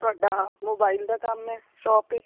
ਤੁਹਾਡਾ ਮੋਬਾਇਲ ਦਾ ਕੰਮ ਹੈ ਸ਼ੌਕ ਐ